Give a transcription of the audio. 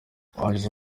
yagize